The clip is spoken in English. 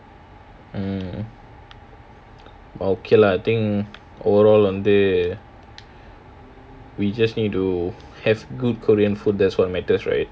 mm okay lah I think overall வந்து:wanthu we just need to have good korean food that's what matters right